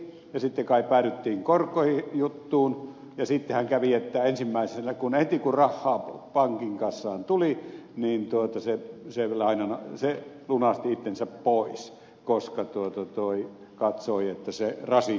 sitten kai päädyttiin tuottojuttuun ja sittenhän kävi että ensimmäisenä heti kun rahaa pankin kassaan tuli niin se lunasti itsensä pois koska katsoi että sen rasi